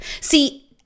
See